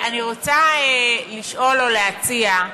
אני רוצה לשאול, או להציע,